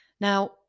Now